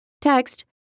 Text